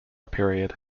period